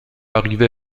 arrivé